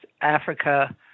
Africa